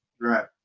Right